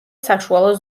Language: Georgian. საშუალო